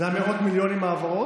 זה היה מאות מיליונים העברות?